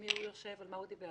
עם מי הוא יושב ועל מה הוא דיבר.